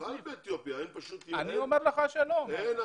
הוא חל באתיופיה אבל אין שם היום